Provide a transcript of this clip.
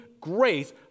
grace